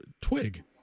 Twig